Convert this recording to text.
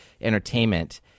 entertainment